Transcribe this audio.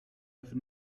have